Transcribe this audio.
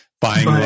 Buying